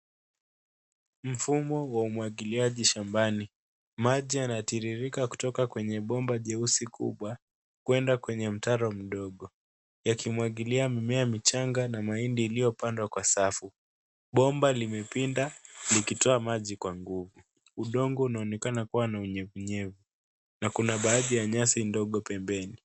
Mfumo wa umwagiliaji shambani maji yanatiririka kutoka kwenye bomba jeusi kubwa kwenda kwenye mtaro mdogo yakimwagilia mimea michanga na mahindi iliyo pandwa kwa safu. bomba limepinda likitoa maji kwa nguvu, udongo unaonekana kuwa na unyevu nyevu na kuna baadhi ya nyasi ndogo pembeni.